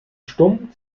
stumm